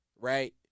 right